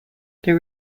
their